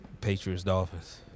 Patriots-Dolphins